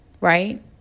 right